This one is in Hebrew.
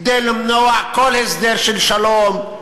כדי למנוע כל הסדר של שלום,